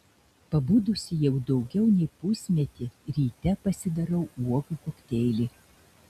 pabudusi jau daugiau nei pusmetį ryte pasidarau uogų kokteilį